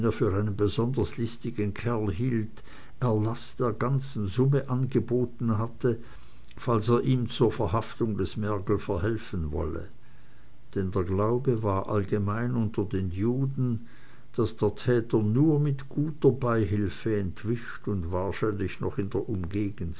für einen besonders listigen kerl hielt erlaß der ganzen summe angeboten hatte falls er ihm zur verhaftung des mergel verhelfen wolle denn der glaube war allgemein unter den juden daß der täter nur mit guter beihülfe entwischt und wahrscheinlich noch in der